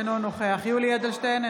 אינו נוכח יולי יואל אדלשטיין,